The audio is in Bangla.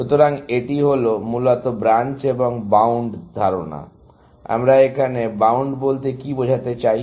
সুতরাং এটি হলো মূলত ব্রাঞ্চ এবং বাউন্ড ধারণা আমরা এখানে বাউন্ড বলতে কি বোঝাতে চাই